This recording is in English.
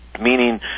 meaning